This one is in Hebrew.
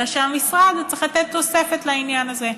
אלא שהמשרד צריך לתת תוספת לעניין הזה,